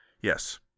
Yes